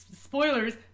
spoilers